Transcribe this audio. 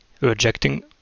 rejecting